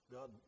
God